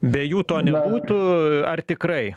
be jų to nebūtų ar tikrai